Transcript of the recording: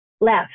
left